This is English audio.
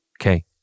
okay